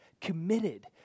committed